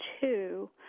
two